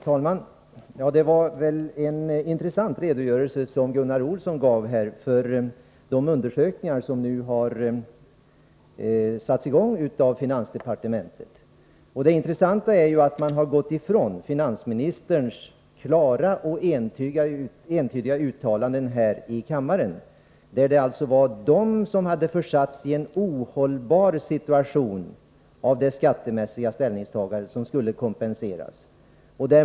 Herr talman! Det var en intressant redogörelse som Gunnar Olsson gav för de undersökningar som nu har satts i gång i finansdepartementet. Det intressanta är att man har gått ifrån finansministerns klara och entydiga uttalanden här i kammaren. Han sade tidigare att det var de som hade försatts i en ohållbar situation på grund av det skattemässiga ställningstagandet som skulle kompenseras.